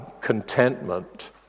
contentment